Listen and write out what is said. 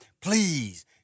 please